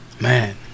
Man